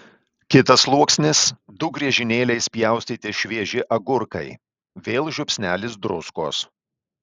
kitas sluoksnis du griežinėliais pjaustyti švieži agurkai vėl žiupsnelis druskos